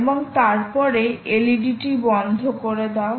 এবং তারপরে LEDটি বন্ধ করে দাও